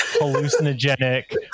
hallucinogenic